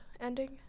ending